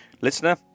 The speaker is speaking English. Listener